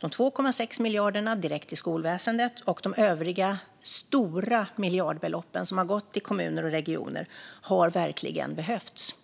De 2,6 miljarderna direkt till skolväsendet och de övriga stora miljardbelopp som har gått till kommuner och regioner har verkligen behövts.